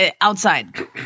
outside